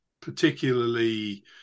particularly